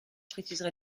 précisera